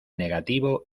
negativo